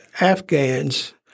Afghans